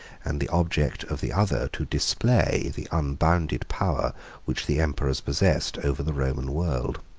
and the object of the other to display, the unbounded power which the emperors possessed over the roman world.